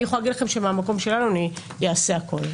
אני יכולה להגיד לכם שהמקום שלנו אני אעשה הכול.